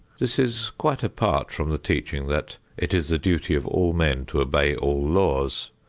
this is quite apart from the teaching that it is the duty of all men to obey all laws,